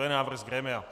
je návrh z grémia.